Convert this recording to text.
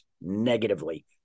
negatively